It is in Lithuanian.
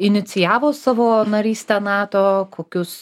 inicijavo savo narystę nato kokius